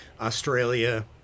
Australia